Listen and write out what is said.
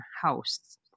house